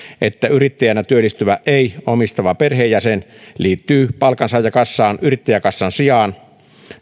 että yrittäjänä työllistyvä ei omistava perheenjäsen liittyy palkansaajakassaan yrittäjäkassan sijaan